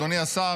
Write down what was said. אדוני השר,